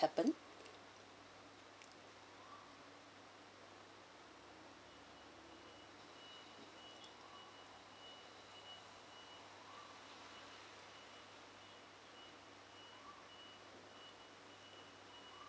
happened